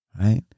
Right